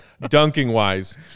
dunking-wise